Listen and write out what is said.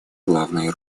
главные